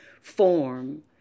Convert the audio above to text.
form